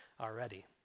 already